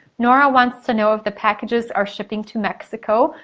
nora wants to know if the packages are shipping to mexico.